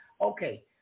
Okay